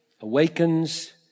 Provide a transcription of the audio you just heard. awakens